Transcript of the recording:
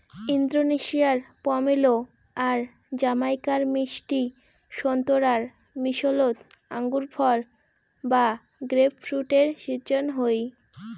ইন্দোনেশিয়ার পমেলো আর জামাইকার মিষ্টি সোন্তোরার মিশোলোত আঙুরফল বা গ্রেপফ্রুটের শিজ্জন হই